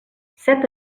set